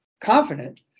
confident